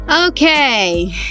Okay